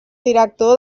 director